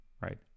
Right